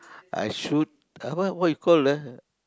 I shoot ah wh~ what you call the